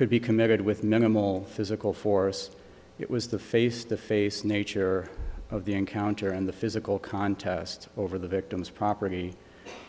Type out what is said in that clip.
could be committed with minimal physical force it was the face to face nature of the encounter and the physical contest over the victim's property